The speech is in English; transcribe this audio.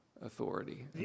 authority